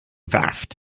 saft